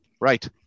Right